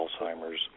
Alzheimer's